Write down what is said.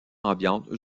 ambiante